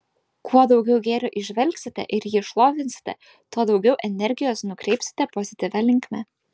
kuo daugiau gėrio įžvelgsite ir jį šlovinsite tuo daugiau energijos nukreipsite pozityvia linkme